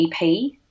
EP